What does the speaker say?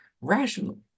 rational